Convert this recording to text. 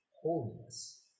holiness